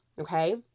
Okay